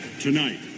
Tonight